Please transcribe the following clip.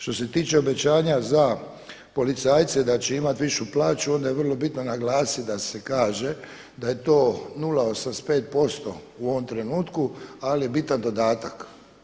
Što se tiče obećanja za policajce da će imati višu plaću onda je vrlo bitno naglasiti da se kaže da je to 0,85% u ovom trenutku ali je bitan dodatak.